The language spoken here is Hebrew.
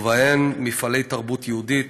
ובהן מפעלי תרבות יהודית,